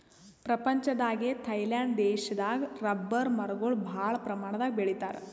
ಪ್ರಪಂಚದಾಗೆ ಥೈಲ್ಯಾಂಡ್ ದೇಶದಾಗ್ ರಬ್ಬರ್ ಮರಗೊಳ್ ಭಾಳ್ ಪ್ರಮಾಣದಾಗ್ ಬೆಳಿತಾರ್